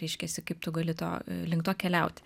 reiškiasi kaip tu gali to link to keliaut